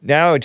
Now